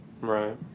Right